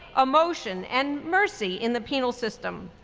emotion, and mercy in the penal system.